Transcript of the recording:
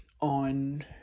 on